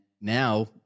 now